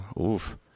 Oof